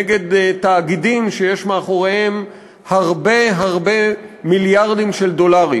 נגד תאגידים שיש מאחוריהם הרבה הרבה מיליארדים של דולרים.